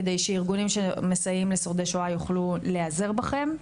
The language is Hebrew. כדי שארגונים שמסייעים לשורדי שואה יוכלו להיעזר בכם.